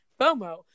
FOMO